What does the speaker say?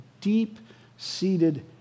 deep-seated